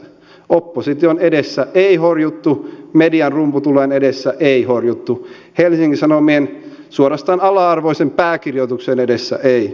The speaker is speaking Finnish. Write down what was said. opposition edessä ei horjuttu median rumputulen edessä ei horjuttu helsingin sanomien suorastaan ala arvoisen pääkirjoituksen edessä ei horjuttu